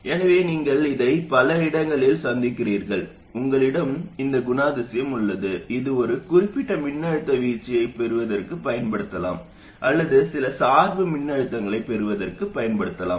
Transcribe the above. எனவே நீங்கள் இதை பல இடங்களில் சந்திக்கிறீர்கள் உங்களிடம் இந்த குணாதிசயம் உள்ளது இது ஒரு குறிப்பிட்ட மின்னழுத்த வீழ்ச்சியைப் பெறுவதற்குப் பயன்படுத்தப்படலாம் அல்லது சில சார்பு மின்னழுத்தங்களைப் பெறுவதற்குப் பயன்படுத்தப்படலாம்